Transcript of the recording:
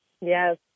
Yes